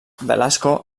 velasco